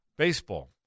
Baseball